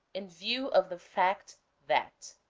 in view of the fact that